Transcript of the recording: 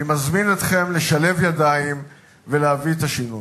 אני מזמין אתכם לשלב ידיים ולהביא את השינוי.